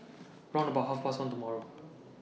round about Half Past one tomorrow